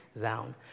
down